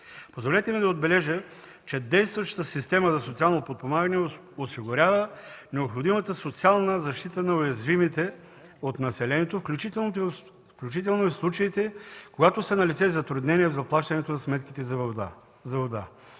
Позволете ми да отбележа, че действащата система на социално подпомагане осигурява необходимата социална защита на уязвимите от населението, включително и в случаите, когато са налице затруднения в заплащането на сметките за вода.